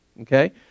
okay